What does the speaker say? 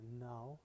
now